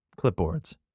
clipboards